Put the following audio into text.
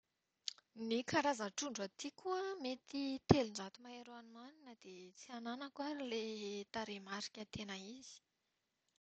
Ny karazan-trondro aty koa an, mety telonjato mahery any ho any na dia tsy ananako ary ilay tarehimarika tena izy.